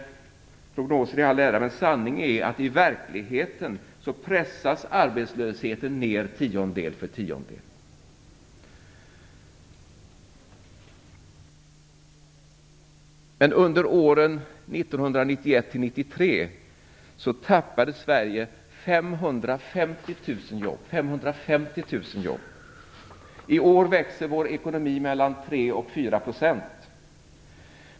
Prognoser i all ära, men i verkligheten pressas arbetslösheten ner tiondel för tiondel. Under åren 1991-93 tappade Sverige däremot 550 000 jobb. I är växer vår ekonomi med mellan 3 och 4 %.